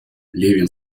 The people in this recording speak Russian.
левин